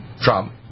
Trump